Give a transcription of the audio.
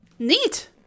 Neat